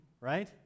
right